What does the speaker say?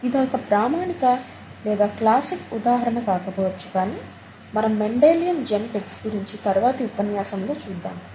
ఇదొక ప్రామాణిక లేదా క్లాసిక్ ఉదాహరణ కాకపోవచ్చు కానీ మనం మెండెలియాన్ జెనెటిక్స్ గురించి తరువాతి ఉపన్యాసం లో చూద్దాం